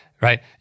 right